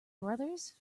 brothers